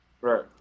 Right